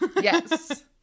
Yes